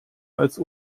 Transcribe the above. als